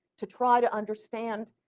to try to understand,